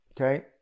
okay